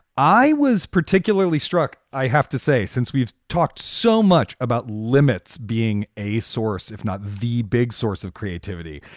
i was particularly struck. i have to say, since we've talked so much about limits being a source, if not the big source of creativity,